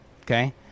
okay